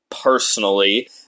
personally